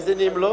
מאזינים לו,